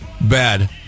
bad